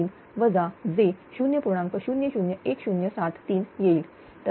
001073 येईल